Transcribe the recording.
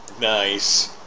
Nice